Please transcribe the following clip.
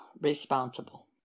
responsible